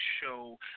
show